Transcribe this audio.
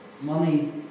money